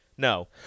No